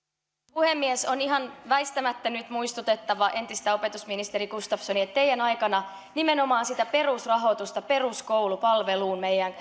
puhemies on ihan väistämättä nyt muistutettava entistä opetusministeri gustafssonia että teidän aikananne nimenomaan sitä perusrahoitusta peruskoulupalveluun meidän